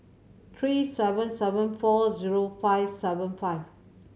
three seven seven four zero five seven five